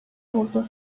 oldu